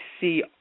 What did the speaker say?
see